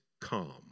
calm